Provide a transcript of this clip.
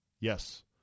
Yes